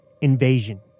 Invasion